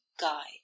guide